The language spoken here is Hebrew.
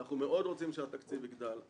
אנחנו מאוד רוצים שהתקציב יגדל,